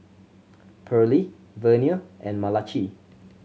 Pearley Vernia and Malachi